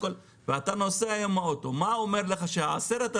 ואתה נוסע עם האוטו מה אומר לך ש-10,000